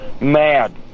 mad